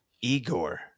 Igor